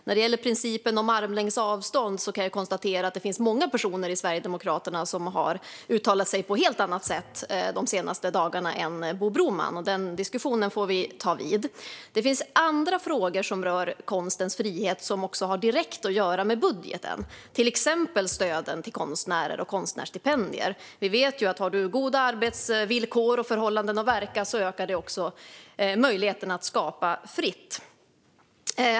När det gäller armlängds avstånd kan jag konstatera att det finns många sverigedemokrater som har uttalat sig på helt annat sätt än Bo Broman de senaste dagarna. Den diskussionen får vi ta. Det finns andra frågor som rör konstens frihet som också har direkt med budgeten att göra, till exempel stöden till konstnärer och konstnärsstipendier. Vi vet att med goda arbetsvillkor och goda förhållanden att verka under ökar möjligheten att skapa fritt.